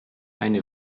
eine